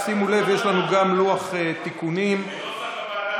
שימו לב, יש לנו גם לוח תיקונים, כנוסח הוועדה.